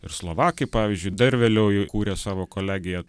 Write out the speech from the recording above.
ir slovakai pavyzdžiui dar vėliau įkūrė savo kolegiją